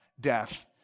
death